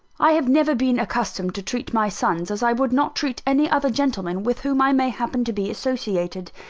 i have never been accustomed to treat my sons as i would not treat any other gentlemen with whom i may happen to be associated.